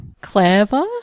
Clever